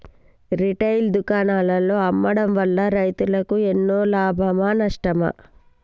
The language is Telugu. రిటైల్ దుకాణాల్లో అమ్మడం వల్ల రైతులకు ఎన్నో లాభమా నష్టమా?